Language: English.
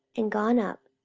and gone up,